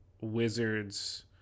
wizards